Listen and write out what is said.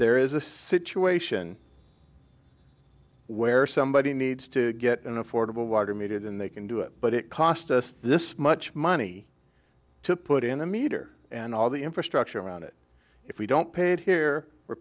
there is a situation where somebody needs to get an affordable water meter then they can do it but it cost us this much money to put in a meter and all the infrastructure around it if we don't pay here we're